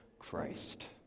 Christ